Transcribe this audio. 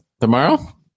tomorrow